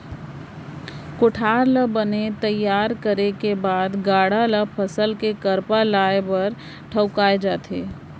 कोठार ल बने तइयार करे के बाद गाड़ा ल फसल के करपा लाए बर ठउकाए जाथे